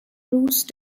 bruce